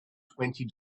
twenty